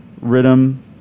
rhythm